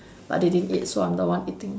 but they didn't eat so I'm the one eating